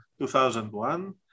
2001